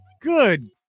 Good